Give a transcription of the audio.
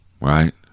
Right